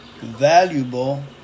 valuable